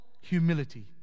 humility